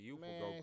man